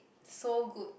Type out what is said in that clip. so good